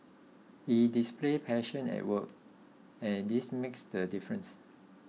he displays passion at work and this makes the difference